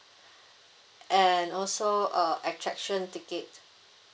and also uh attraction ticket